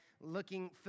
looking